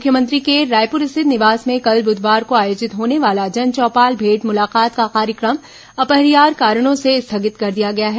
मुख्यमंत्री के रायपुर स्थित निवास में कल ब्रुधवार को आयोजित होने वाला जनचौपाल भेंट मुलाकात का कार्यक्रम अपरिहार्य कारणों से स्थगित कर दिया गया है